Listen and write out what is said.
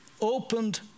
opened